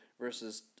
versus